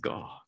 God